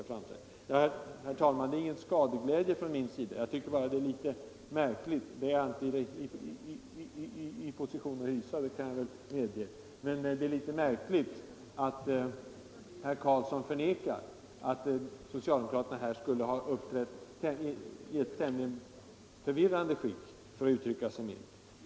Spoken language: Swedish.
Det här är ingen skadeglädje från min sida. Jag tycker bara att det är litet märkligt att herr Karlsson förnekar att socialdemokraterna skulle ha uppträtt tämligen förvirrat, för att uttrycka sig milt.